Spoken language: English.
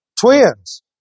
twins